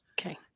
Okay